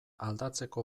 aldatzeko